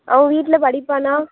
அவன் வீட்டில் படிப்பானா